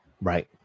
Right